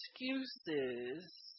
excuses